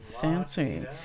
fancy